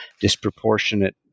disproportionate